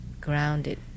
grounded